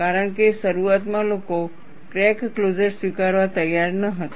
કારણ કે શરૂઆતમાં લોકો ક્રેક ક્લોઝર સ્વીકારવા તૈયાર ન હતા